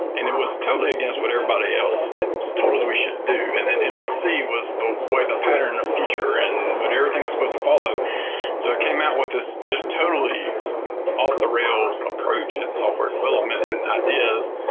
and it was totally against what everybody else told us we should do, and then nbc was the way the pattern of future and what everything is supposed to follow so it came out with this just totally off the rails approach at software development and ideas,